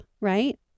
right